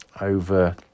over